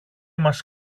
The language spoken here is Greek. μας